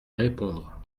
répondre